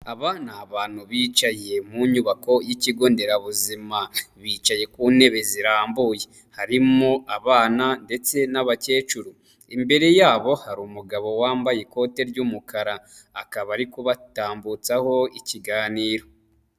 Aba ni abantu bicaye mu nyubako y'ikigo nderabuzima. Bicaye ku ntebe zirambuye. Harimo abana ndetse n'abakecuru. Imbere yabo hari umugabo wambaye ikote ry'umukara, akaba ari kubatambutsaho ikiganiro.